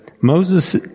Moses